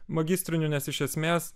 magistriniu nes iš esmės